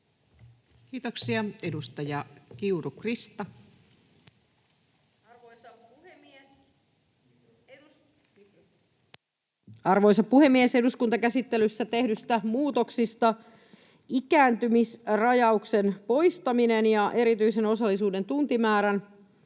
Time: 17:44 Content: Arvoisa puhemies! Eduskuntakäsittelyssä tehdyistä muutoksista ikääntymisrajauksen poistaminen ja erityisen osallisuuden tuen tuntimäärän